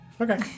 Okay